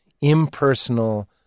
impersonal